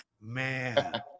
Man